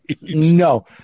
No